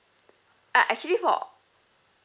uh actually for